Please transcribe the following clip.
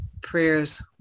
prayers